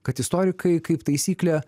kad istorikai kaip taisyklė